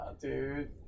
dude